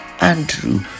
Andrew